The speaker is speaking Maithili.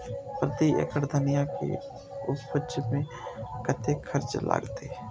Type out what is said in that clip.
प्रति एकड़ धनिया के उपज में कतेक खर्चा लगते?